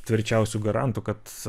tvirčiausiu garantų kad